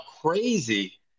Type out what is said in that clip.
crazy